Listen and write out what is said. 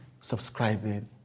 subscribing